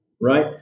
Right